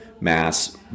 Mass